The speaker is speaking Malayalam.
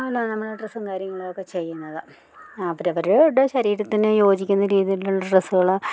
എല്ലാം നമ്മള് ഡ്രസ്സും കാര്യങ്ങളൊക്കെ ചെയ്യുന്നത് അവരവരുടെ ശരീരത്തിന് യോജിക്കുന്ന രീതിയിലുള്ള ഡ്രസ്സുകള്